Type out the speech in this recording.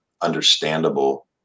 understandable